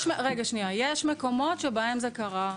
יש מקומות שבהם זה קרה.